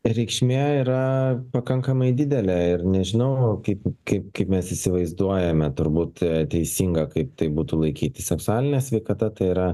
reikšmė yra pakankamai didelė ir nežinau kaip kaip kaip mes įsivaizduojame turbūt teisinga kaip tai būtų laikyti seksualinė sveikata tai yra